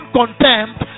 contempt